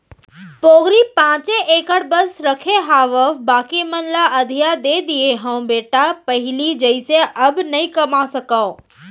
पोगरी पॉंचे एकड़ बस रखे हावव बाकी मन ल अधिया दे दिये हँव बेटा पहिली जइसे अब नइ कमा सकव